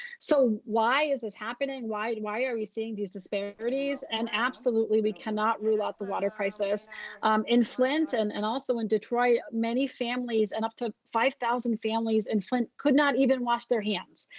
so, why is this happening? why and why are we seeing these disparities? and, absolutely, we cannot rule out the water crisis um in flint and and also in detroit. many families, and up to five thousand families in flint could not even wash their hands.